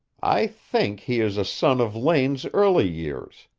i think he is a son of lane's early years.